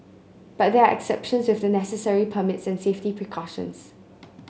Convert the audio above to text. but there are exceptions with the necessary permits and safety precautions